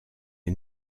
est